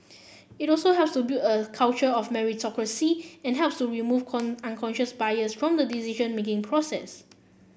it also helps build a culture of meritocracy and helps to remove unconscious bias from the decision making process